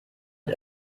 mit